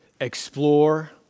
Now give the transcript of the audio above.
explore